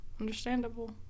understandable